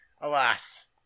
alas